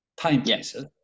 timepieces